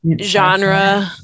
genre